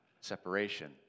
separation